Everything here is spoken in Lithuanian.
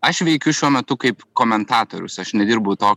aš veikiu šiuo metu kaip komentatorius aš nedirbu to